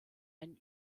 einen